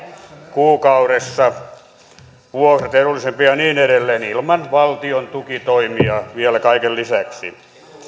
kuukaudessa vuokrat edullisempia ja niin edelleen ilman valtion tukitoimia vielä kaiken lisäksi